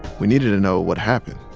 we needed to know what happened.